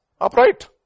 upright